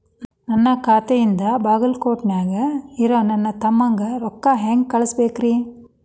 ನನ್ನ ಖಾತೆಯಿಂದ ಬಾಗಲ್ಕೋಟ್ ನ್ಯಾಗ್ ಇರೋ ನನ್ನ ತಮ್ಮಗ ರೊಕ್ಕ ಹೆಂಗ್ ಕಳಸಬೇಕ್ರಿ?